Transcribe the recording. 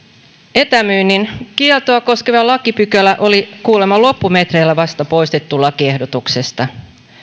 etämyynnin kieltoa koskeva lakipykälä oli kuulemma vasta loppumetreillä poistettu lakiehdotuksesta